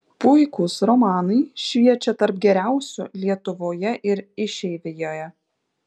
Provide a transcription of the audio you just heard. puikūs romanai šviečią tarp geriausių lietuvoje ir išeivijoje